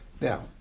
now